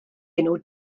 enw